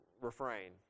refrain